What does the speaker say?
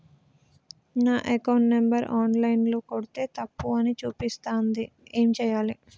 నా account number online ల కొడ్తే తప్పు అని చూపిస్తాంది ఏం చేయాలి?